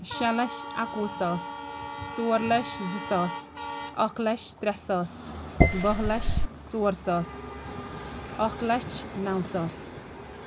شےٚ لَچھ اَکوُہ ساس ژور لَچھ زٕ ساس اَکھ لَچھ ترٛےٚ ساس باہ لَچھ ژور ساس اَکھ لَچھ نَو ساس